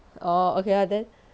orh okay ah then